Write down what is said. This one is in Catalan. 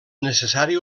necessari